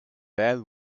bad